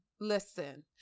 listen